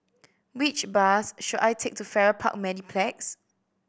which bus should I take to Farrer Park Mediplex